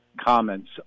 comments